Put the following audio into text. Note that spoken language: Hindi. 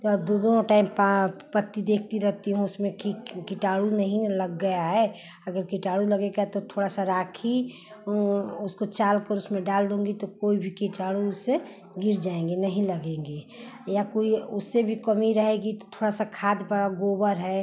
ता दो दोनों टाइम पत्ती देखती रहती हूँ उसमें कि किटाणु नहीं न लग गया है अगर किटाणु लगेगा तो थोड़ा सा राखी उसको चालकर उसमें डाल दूँगी तो कोई भी किटाणु उससे गिर जाएंगे नही लगेंगे या कोई उससे भी कमी रहेगी तो थोड़ा सा खाद बा गोबर है